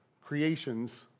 creations